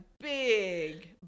big